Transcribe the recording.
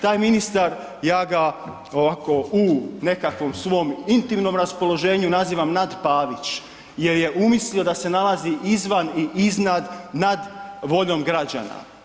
Taj ministar, ja ga ovako u nekakvom svom intimnom raspoloženju nazivam nad Pavić jer je umislio da se nalazi izvan i iznad nad voljom građana.